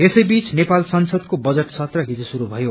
यसैबीच नेपाल संसदको बजट सत्र हिज शुरू भयो